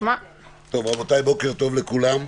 רבותיי, בוקר טוב לכולם.